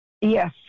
Yes